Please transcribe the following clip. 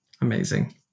Amazing